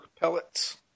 pellets